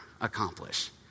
accomplish